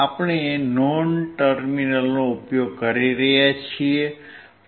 આપણે નોન ટર્મિનલનો ઉપયોગ કરી રહ્યા છીએ